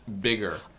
bigger